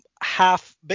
half